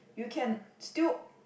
you can still